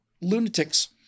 lunatics